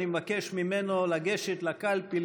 ואני מבקש ממנו לגשת לקלפי,